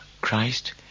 Christ